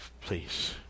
please